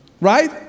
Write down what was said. Right